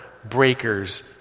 breakers